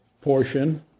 portion